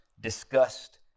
disgust